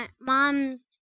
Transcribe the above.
mom's